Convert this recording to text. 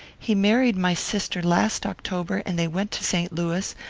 he married my sister last october and they went to st. louis,